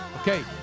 Okay